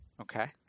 Okay